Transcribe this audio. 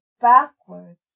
backwards